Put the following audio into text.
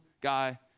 guy